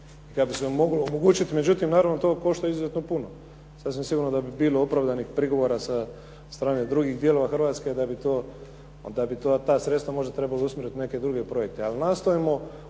Kada bi se to moglo omogućiti. Međutim naravno to košta izuzetno puno. Sasvim sigurno da bi bilo opravdanih prigovora sa strane drugih dijelova Hrvatske da bi ta sredstva možda trebala usmjeriti u neke druge projekte. Ali nastojimo